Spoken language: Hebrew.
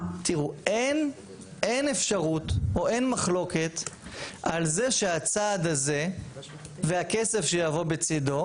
אין אפשרות או אין מחלוקת על זה שהצעד הזה והכסף שיבוא בצדו